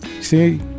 See